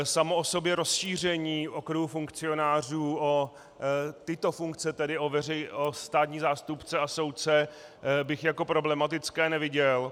Samo o sobě rozšíření okruhu funkcionářů o tyto funkce, tedy o státní zástupce a soudce, bych jako problematické neviděl.